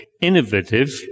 innovative